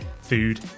food